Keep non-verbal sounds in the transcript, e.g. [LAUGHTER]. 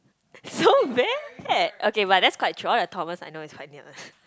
so bad okay okay but that's quite true all the Thomas I know is quite new one ah [BREATH]